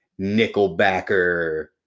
nickelbacker